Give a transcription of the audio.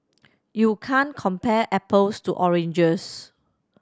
you can't compare apples to oranges